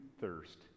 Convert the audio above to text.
thirst